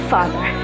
Father